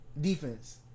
defense